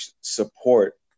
support